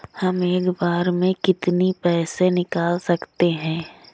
हम एक बार में कितनी पैसे निकाल सकते हैं?